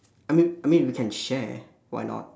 I mean I mean we can share why not